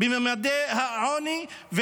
בממדי העוני.